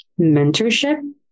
mentorship